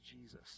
Jesus